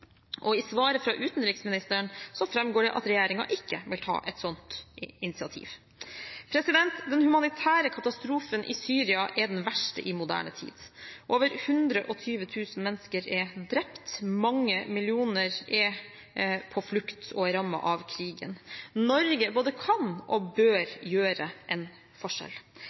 I svaret fra utenriksministeren framgår det at regjeringen ikke vil ta et sånt initiativ. Den humanitære katastrofen i Syria er den verste i moderne tid. Over 120 000 mennesker er drept, mange millioner er på flukt og rammet av krigen. Norge både kan og bør gjøre en forskjell.